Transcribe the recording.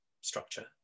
structure